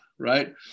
right